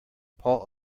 paul